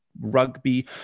rugby